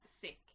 sick